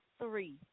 three